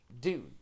dude